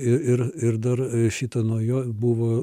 ir ir dar šitą nuo jo buvo